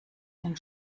den